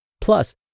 Plus